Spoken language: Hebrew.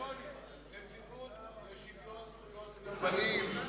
נציבות שוויון זכויות למוגבלים.